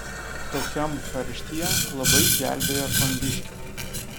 tokiam karštyje labai gelbėja kondiškė